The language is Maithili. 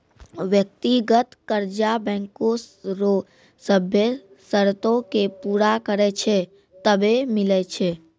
व्यक्तिगत कर्जा बैंको रो सभ्भे सरतो के पूरा करै छै तबै मिलै छै